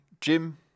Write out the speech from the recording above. Jim